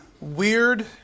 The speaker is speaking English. weird